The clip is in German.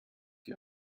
die